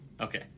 Okay